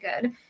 good